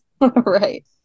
right